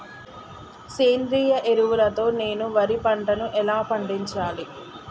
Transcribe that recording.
సేంద్రీయ ఎరువుల తో నేను వరి పంటను ఎలా పండించాలి?